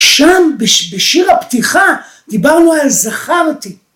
שם בשיר הפתיחה דיברנו על זכרתי